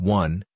one